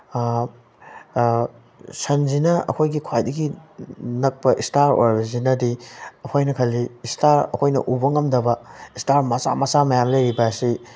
ꯁꯟꯁꯤꯅ ꯑꯩꯈꯣꯏꯒꯤ ꯈ꯭ꯋꯥꯏꯗꯒꯤ ꯅꯛꯄ ꯏꯁꯇꯥꯔ ꯑꯣꯏꯔꯤꯁꯤꯅꯗꯤ ꯑꯩꯈꯣꯏꯅ ꯈꯜꯂꯤ ꯏꯁꯇꯥꯔ ꯑꯩꯈꯣꯏꯅ ꯎꯕ ꯉꯝꯗꯕ ꯏꯁꯇꯥꯔ ꯃꯆꯥ ꯃꯆꯥ ꯃꯌꯥꯝ ꯂꯩꯔꯤꯕ ꯑꯁꯤ